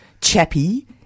chappy